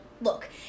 look